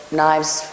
knives